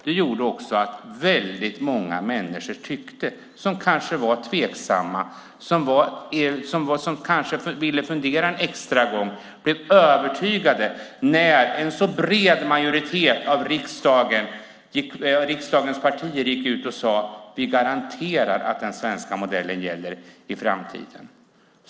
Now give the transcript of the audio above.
Det gjorde att väldigt många människor som kanske var tveksamma och som kanske ville fundera en extra gång blev övertygade när en så bred majoritet bland riksdagens partier gick ut och sade: Vi garanterar att den svenska modellen gäller i framtiden.